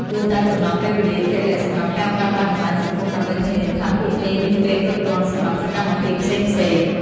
គួរតែកំណត់ពេលវេលាជាក់លាក់សម្រាប់ការប្រើប្រាស់បណ្តាញសង្គមដើម្បីធានាថាពួកគេមានពេលគ្រប់គ្រាន់សម្រាប់សកម្មភាពផ្សេងៗ។